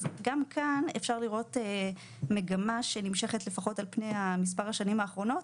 גם כאן אפשר לראות מגמה שנמשכת לפחות על פני השנים האחרונות,